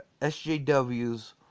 SJW's